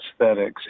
aesthetics